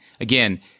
Again